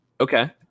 Okay